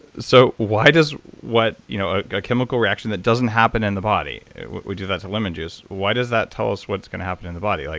so why does what you know a chemical reaction that doesn't happen in the body. if we do that to lemon juice, why does that tell us what's going to happen in the body. like